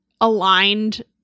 aligned